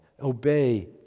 Obey